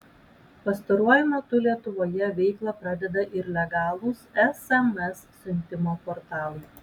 pastaruoju metu lietuvoje veiklą pradeda ir legalūs sms siuntimo portalai